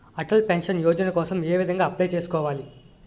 Atal pension Yojana కోసం ఏ విధంగా అప్లయ్ చేసుకోవాలి?